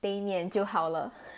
杯面就好了